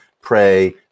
pray